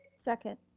second.